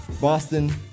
Boston